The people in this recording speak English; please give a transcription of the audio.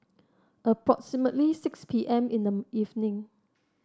approximately six P M in the evening